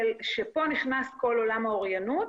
כשפה נכנס כל עולם האוריינות.